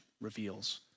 reveals